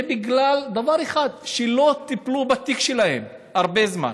בגלל דבר אחד: שלא טיפלו בתיק שלהם הרבה זמן.